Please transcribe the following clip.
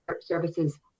services